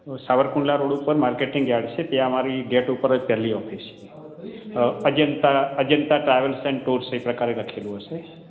અ Savarkundla road ઉપર marketing yard છે ત્યાં અમારી ગેટ ઉપર જ પેલ્લી office Ajanta travels and tours એ પ્રકારે લખેલું હશે